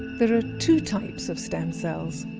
there are two types of stem cells.